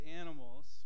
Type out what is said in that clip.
animals